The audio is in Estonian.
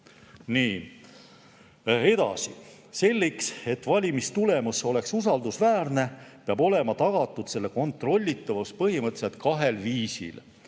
edasi. Selleks, et valimistulemus oleks usaldusväärne, peab olema tagatud selle kontrollitavus põhimõtteliselt kahel viisil: